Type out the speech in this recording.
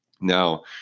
Now